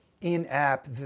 in-app